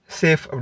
safe